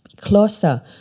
closer